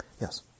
Yes